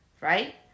Right